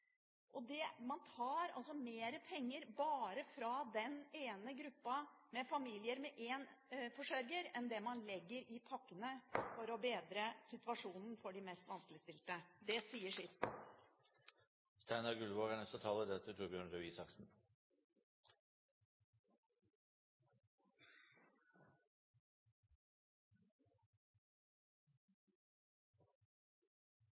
Man tar mer penger bare fra den ene gruppa med familier med én forsørger enn det man legger i pakkene for å bedre situasjonen for de mest vanskeligstilte. Det sier